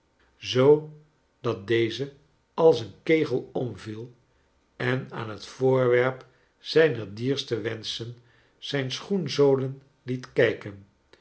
sparkler zoodat deze als een kegel omviel en aan het voorwerp zijner dierste wenschen zijn schoenzolen liet kijken